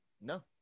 No